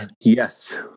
Yes